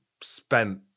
spent